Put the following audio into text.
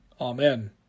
Amen